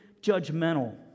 judgmental